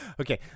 Okay